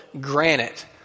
granite